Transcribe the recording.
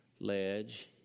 ledge